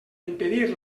impedir